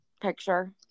picture